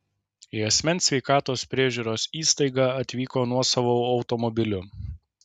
į asmens sveikatos priežiūros įstaigą atvyko nuosavu automobiliu